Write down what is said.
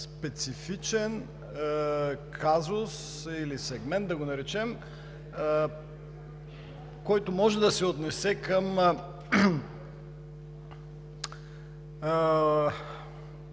специфичен казус или сегмент да го наречем, който може да се отнесе по